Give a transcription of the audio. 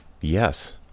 Yes